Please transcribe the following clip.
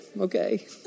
Okay